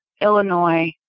Illinois